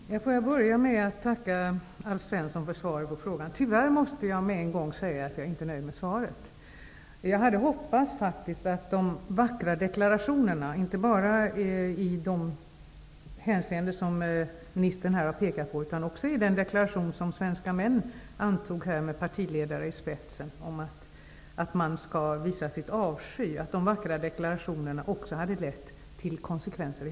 Fru talman! Får jag börja med att tacka Alf Svensson för svaret på interpellationen. Tyvärr måste jag med en gång säga att jag inte är nöjd med svaret. Jag hade hoppats att de vackra deklarationerna också hade lett till konsekvenser i handlingar. Det gäller inte bara deklarationer i de hänseenden som ministern här har pekat på, utan också den deklaration som svenska män antog, med partiledarna i spetsen, att man skall visa sin avsky. Jag skall återkomma till detta litet senare.